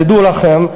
תדעו לכם,